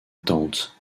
tante